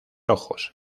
ojos